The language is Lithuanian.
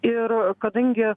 ir kadangi